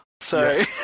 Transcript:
Sorry